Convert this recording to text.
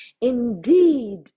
indeed